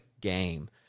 game